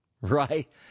Right